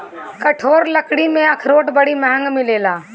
कठोर लकड़ी में अखरोट बड़ी महँग मिलेला